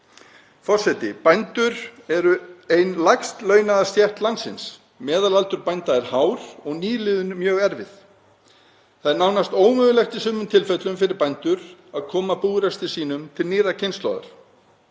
Forseti. Bændur eru ein lægst launaða stétt landsins. Meðalaldur bænda er hár og nýliðun er mjög erfið. Það er nánast ómögulegt í sumum tilfellum fyrir bændur að koma búrekstri sínum til nýrrar kynslóðar.